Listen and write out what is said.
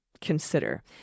consider